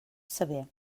sever